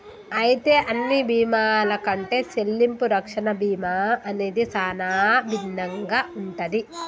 అయితే అన్ని బీమాల కంటే సెల్లింపు రక్షణ బీమా అనేది సానా భిన్నంగా ఉంటది